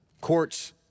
Courts